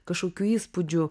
kažkokių įspūdžių